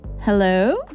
Hello